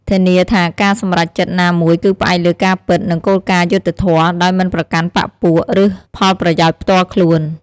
ធានាថាការសម្រេចចិត្តណាមួយគឺផ្អែកលើការពិត និងគោលការណ៍យុត្តិធម៌ ដោយមិនប្រកាន់បក្ខពួក ឬផលប្រយោជន៍ផ្ទាល់ខ្លួន។